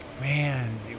man